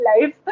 life